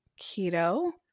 keto